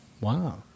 Wow